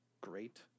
great